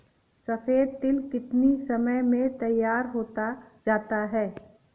सफेद तिल कितनी समय में तैयार होता जाता है?